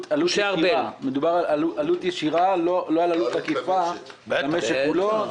מדובר על עלות ישירה, לא על עלות עקיפה למשק כולו.